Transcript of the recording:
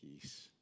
peace